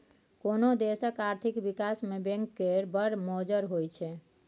कोनो देशक आर्थिक बिकास मे बैंक केर बड़ मोजर होइ छै